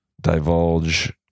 divulge